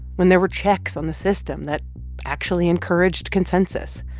when there were checks on the system that actually encouraged consensus.